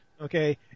Okay